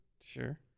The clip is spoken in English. Sure